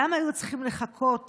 למה היו צריכים לחכות